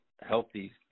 healthy